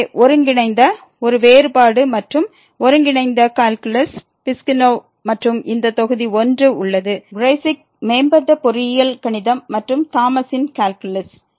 எனவே ஒருங்கிணைந்த ஒரு வேறுபாடு மற்றும் ஒருங்கிணைந்த கால்குலஸ் பிஸ்குனோவ் மற்றும் இந்த தொகுதி 1 உள்ளது க்ரெய்ஸ்ஸிக் மேம்பட்ட பொறியியல் கணிதம் மற்றும் தாமஸின் கால்குலஸ்